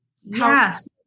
Yes